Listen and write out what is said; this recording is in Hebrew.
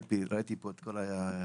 ראיתי כאן את כל ההתנהלות.